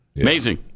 Amazing